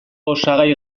osagai